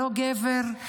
לא גבר,